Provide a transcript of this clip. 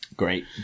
Great